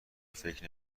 فکر